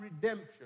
redemption